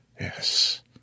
Yes